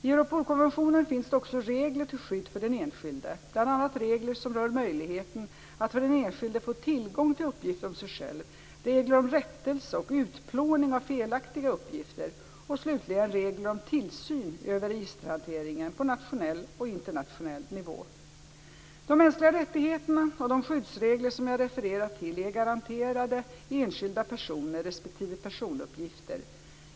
I Europolkonventionen finns det också regler till skydd för den enskilde, bl.a. regler som rör möjligheten att för den enskilde få tillgång till uppgifter om sig själv, regler om rättelse och utplåning av felaktiga uppgifter och slutligen regler om tillsyn över registerhanteringen på nationell och internationell nivå. De mänskliga rättigheterna och de skyddsregler som jag refererat till är garanterade enskilda personer respektive personuppgifter.